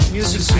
Music